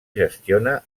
gestiona